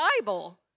Bible